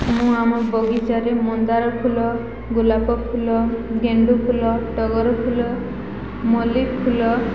ମୁଁ ଆମ ବଗିଚାରେ ମନ୍ଦାର ଫୁଲ ଗୋଲାପ ଫୁଲ ଗେଣ୍ଡୁ ଫୁଲ ଟଗର ଫୁଲ ମଲ୍ଲି ଫୁଲ